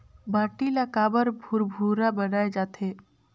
माटी ला काबर भुरभुरा बनाय जाथे?